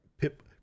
Pip